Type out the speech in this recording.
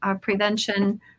prevention